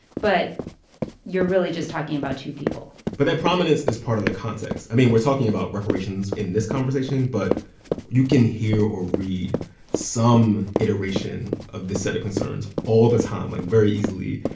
but you're really just talking about two people but their prominence is part of the context. i mean, we're talking about reparations in this conversation, but you can hear or read some iteration of this set of concerns all the time, like, very easily.